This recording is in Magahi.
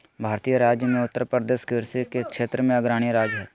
भारतीय राज्य मे उत्तरप्रदेश कृषि के क्षेत्र मे अग्रणी राज्य हय